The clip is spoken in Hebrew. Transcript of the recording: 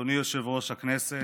אדוני יושב-ראש הכנסת,